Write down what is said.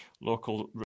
local